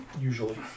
usually